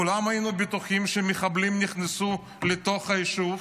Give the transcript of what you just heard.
כולנו היינו בטוחים שמחבלים נכנסו לתוך היישוב.